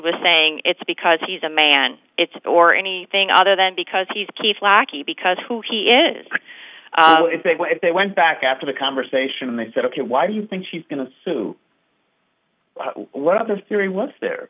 was saying it's because he's a man it's or anything other than because he's keith lackey because who he is they went back after the conversation and they said ok why do you think she's going to sue what the theory was there